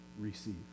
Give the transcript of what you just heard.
receive